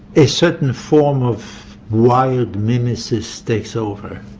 a certain form of wild mimesis takes over,